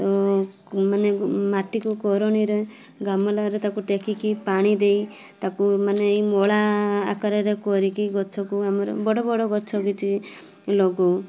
ତ ମାନେ ମାଟିକୁ କରଣିରେ ଗମଲାରେ ତାକୁ ଟେକିକି ପାଣି ଦେଇ ତାକୁ ମାନେ ଏଇ ମଳା ଆକାରରେ କରିକି ଗଛକୁ ଆମର ବଡ଼ ବଡ଼ ଗଛ କିଛି ଲଗାଉ